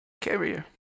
carrier